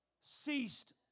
ceased